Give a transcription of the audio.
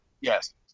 Yes